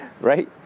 right